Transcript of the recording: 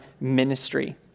ministry